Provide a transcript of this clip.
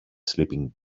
sleeping